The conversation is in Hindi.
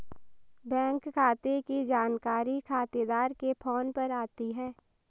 बैंक खाते की जानकारी खातेदार के फोन पर आती है